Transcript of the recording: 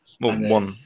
One